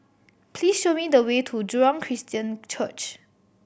please show me the way to Jurong Christian Church